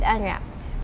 Unwrapped